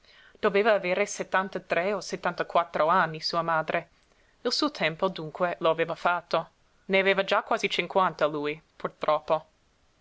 doveva avere settantatre o settantaquattro anni sua madre il suo tempo dunque lo aveva fatto ne aveva già quasi cinquanta lui purtroppo